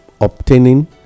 obtaining